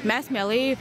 mes mielai